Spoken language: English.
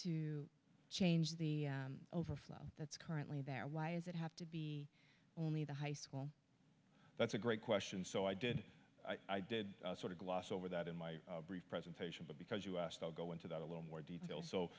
you change the overflow that's currently banned why is it have to be only the high school that's a great question so i did i did sort of gloss over that in my brief presentation but because you asked i'll go into that a little more detail so